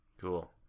Cool